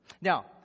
Now